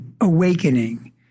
awakening